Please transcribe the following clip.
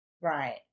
Right